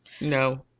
no